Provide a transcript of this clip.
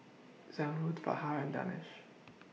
Zamrud Fahar and Danish